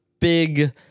big